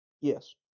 Yes